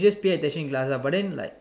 just pay attention in class ah but then like